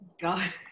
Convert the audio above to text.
God